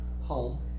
Home